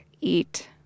eat